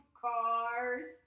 cars